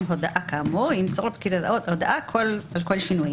הודעה כאמור ימסור לפקיד הודעה על כל שינוי.